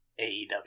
AEW